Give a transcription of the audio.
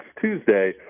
Tuesday